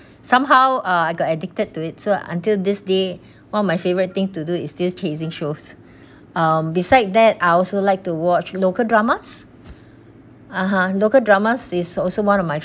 somehow uh I got addicted to it so until this day one of my favourite thing to do is still chasing shows um beside that I also like to watch local dramas (uh huh) local drama is also one of my